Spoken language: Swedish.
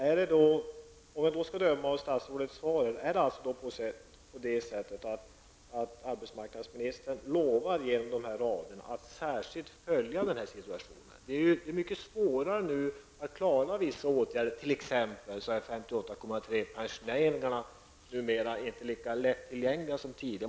Är det då på det sättet att arbetsmarknadsministern genom sina rader i svaret lovar att särskilt följa den situationen? Det är mycket svårt nu att klara vissa åtgärder. T.ex. är 58,3-pensionärerna inte lika lättillgängliga numera som tidigare.